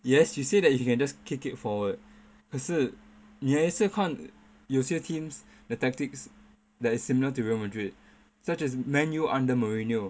yes you say that you can just kick it forward 可是你也是看有些 teams 的 tactics that is similar to Real Madrid such as Man U under mourinho